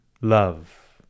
love